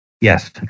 Yes